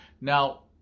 Now